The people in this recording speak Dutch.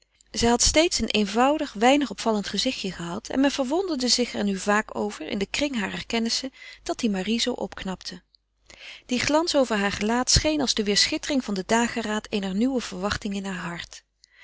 zij had steeds een eenvoudig weinig opvallend gezichtje gehad en men verwonderde zich er nu vaak over in den kring harer kennissen dat marie zoo opknapte die glans over haar gelaat scheen als de weêrschittering van den dageraad eener nieuwe verwachting in haar hart